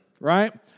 right